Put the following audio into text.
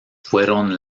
fueron